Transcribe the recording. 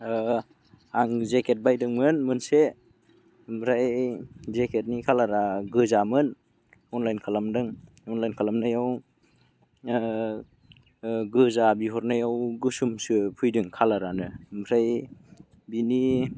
आं जेकेट बायदोंमोन मोनसे ओमफ्राय जेकेटनि कालारा गोजामोन अनलाइन खालामदों अनलाइन खालामनायाव गोजा बिहरनायाव गोसोमसो फैदों कालारानो ओमफ्राय बिनि